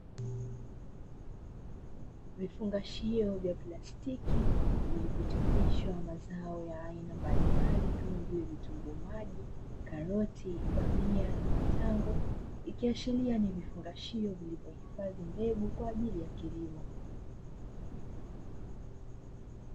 Vifungashio vya plastiki vilivyochapishwa mazao ya aina mbalimbali kama vile vitunguu maji, karoti, bamia na matango ikiashiria ni vifungashio vilivyohifadhi mbegu kwa ajili ya kilimo.